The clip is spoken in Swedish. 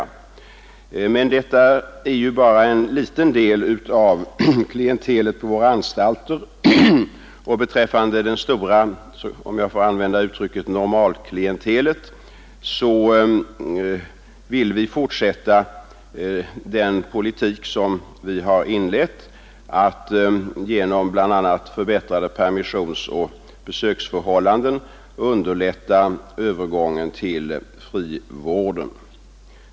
Men detta är ju bara en liten del av klientelet på våra anstalter. Beträffande det stora, om jag får använda uttrycket, normalklientelet vill vi fortsätta den politik som vi har inlett att via bl.a. permissionsoch besöksförhållanden underlätta övergången till frivården.